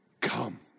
come